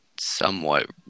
somewhat